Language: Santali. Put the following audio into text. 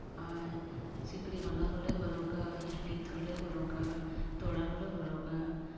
ᱟᱨ ᱥᱤᱠᱲᱤ ᱢᱟᱞᱟ ᱦᱚᱞᱮ ᱦᱚᱨᱚᱜᱟ ᱦᱤᱨᱯᱤᱛ ᱦᱚᱞᱮ ᱦᱚᱨᱚᱜᱼᱟ ᱛᱚᱲᱟ ᱦᱚᱞᱮ ᱦᱚᱨᱚᱜᱟ